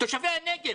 תושבי הנגב.